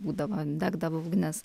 būdavo degdavo ugnis